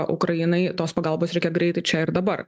ukrainai tos pagalbos reikia greitai čia ir dabar